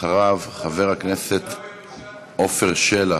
אחריו, חבר הכנסת עפר שלח.